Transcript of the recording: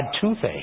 toothache